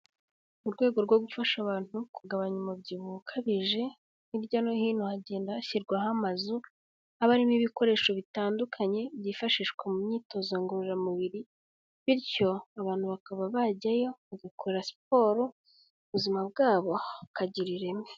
Mu rwego rwo gufasha abantu kugabanya umubyibuho ukabije, hirya no hino hagenda hashyirwaho amazu, habamo ibikoresho bitandukanye byifashishwa mu myitozo ngororamubiri, bityo abantu bakaba bajyayo bagakora siporo, ubuzima bwabo bukagira ireme.